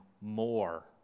more